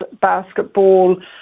basketball